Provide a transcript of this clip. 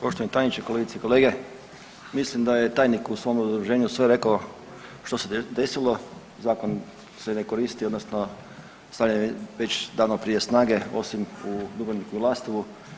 Poštovani tajniče, kolegice i kolege mislim da je tajnik u svom obrazloženju sve rekao što se desilo, zakon se ne koristi odnosno stavljen je već davno prije snage osim u Dubrovniku i Lastovu.